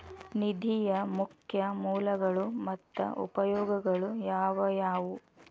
ನಿಧಿಯ ಮುಖ್ಯ ಮೂಲಗಳು ಮತ್ತ ಉಪಯೋಗಗಳು ಯಾವವ್ಯಾವು?